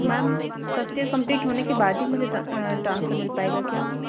ma'am first year complete होने के बाद ही मुझे ट्रांसफर मिल पाएगा क्या